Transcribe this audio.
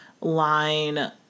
line